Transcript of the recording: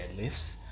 deadlifts